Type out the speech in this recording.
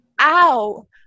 Ow